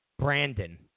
Brandon